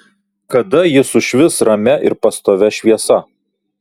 kada ji sušvis ramia ir pastovia šviesa